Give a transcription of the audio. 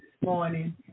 morning